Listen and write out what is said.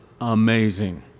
amazing